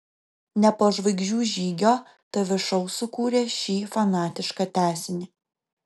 ne po žvaigždžių žygio tv šou sukūrė šį fanatišką tęsinį